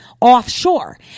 offshore